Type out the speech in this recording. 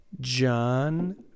John